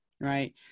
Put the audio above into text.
right